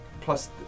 Plus